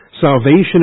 Salvation